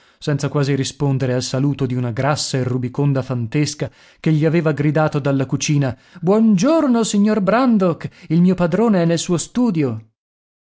senza quasi rispondere al saluto di una grassa e rubiconda fantesca che gli aveva gridato dalla cucina buon giorno signor brandok il mio padrone è nel suo studio